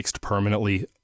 permanently